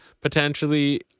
potentially